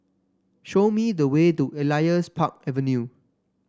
show me the way to Elias Park Avenue